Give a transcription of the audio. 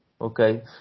Okay